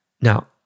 Now